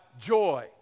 joy